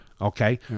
okay